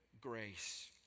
grace